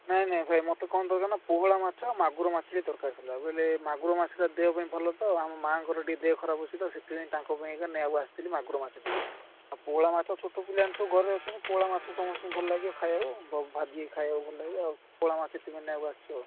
ନାଇଁ ନାଇଁ ଭାଇ ମୋତେ କ'ଣ ଦରକାର ନା ପୋହଳା ମାଛ ମାଗୁର ମାଛ ଟିକିଏ ଦରକାର ଥିଲା ବୋଇଲେ ମାଗୁର ମାଛଟା ଦେହପାଇଁ ଭଲ ତ ଆମ ମା'ଙ୍କର ଟିକିଏ ଦେହ ଖରାପ ଅଛି ତ ସେଥିପାଇଁକା ତାଙ୍କ ପାଇଁକା ନେବାକୁ ପାଇଁ ଆସିଥିଲି ମାଗୁର ମାଛ ଟିକିଏ ଆଉ ପୋହଳା ମାଛ ଛୋଟ ପିଲାମାନେ ସବୁ ଘରେ ଅଛନ୍ତି ପୋହଳା ମାଛ ସମସ୍ତିଙ୍କି ଭଲ ଲାଗିବ ଖାଇବାକୁ ଭା ଭାଜିକି ଖାଇବାକୁ ଭଲ ଲାଗିବ ଆଉ ପୋହଳା ମାଛ ସେଥିପାଇଁ ନେବାକୁ ଆସିଛୁ ଆଉ